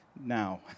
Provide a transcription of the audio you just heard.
now